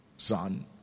Son